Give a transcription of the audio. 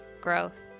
growth